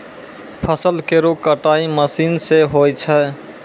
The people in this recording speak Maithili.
फसल केरो कटाई मसीन सें होय छै